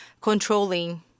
controlling